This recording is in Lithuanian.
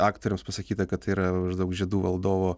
aktoriams pasakyta kad tai yra maždaug žiedų valdovo